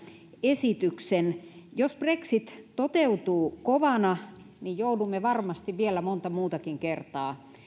esityksen jos brexit toteutuu kovana niin joudumme varmasti vielä monta muutakin kertaa